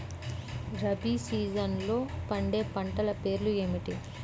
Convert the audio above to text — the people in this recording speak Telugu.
రబీ సీజన్లో పండే పంటల పేర్లు ఏమిటి?